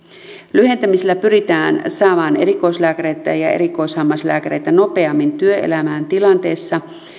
lyhentämisellä pyritään saamaan erikoislääkäreitä ja ja erikoishammaslääkäreitä nopeammin työelämään tilanteessa